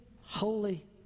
holy